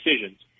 decisions